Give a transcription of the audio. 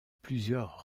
plusieurs